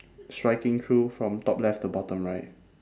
striking through from top left to bottom right